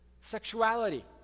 Sexuality